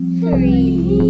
three